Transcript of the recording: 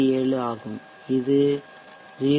67 ஆகும் இது 0